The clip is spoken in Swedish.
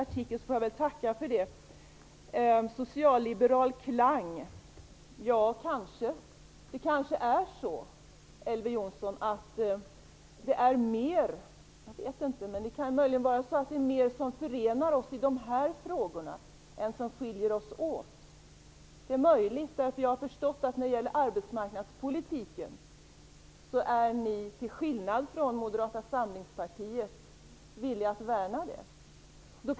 Vad gäller talet om "socialliberal klang" vill jag säga, Elver Jonsson, att det möjligen är mer som förenar oss i de här frågorna än som skiljer oss åt. Jag har förstått att ni till skillnad mot Moderata samlingspartiet är villiga att värna arbetsmarknadspolitiken.